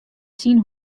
syn